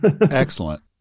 Excellent